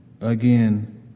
again